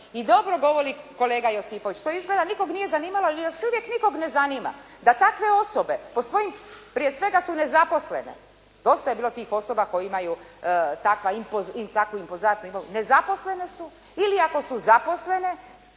I dobro govori kolega Josipović. To izgleda nikog nije zanimalo, i još uvijek nikog ne zanima, da takve osobe prije svega su nezaposlene, dosta je bilo tih osoba koje imaju takvu impozantnu imovinu, nezaposlene su ili ako su zaposlene